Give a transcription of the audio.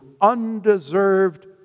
undeserved